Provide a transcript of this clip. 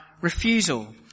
refusal